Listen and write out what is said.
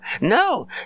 No